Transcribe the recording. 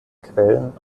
quellen